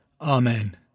Amen